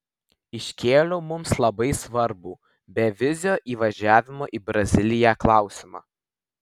iškėliau mums labai svarbų bevizio įvažiavimo į braziliją klausimą